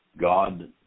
God